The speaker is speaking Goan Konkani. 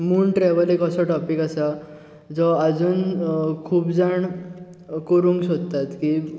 मून ट्रॅवल एक असो टाॅपीक आसा जो आजून खूब जाण करूंक सोदतात की